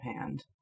hand